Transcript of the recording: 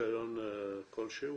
ברישיון כלשהו,